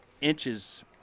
inches